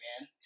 man